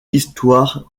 histoire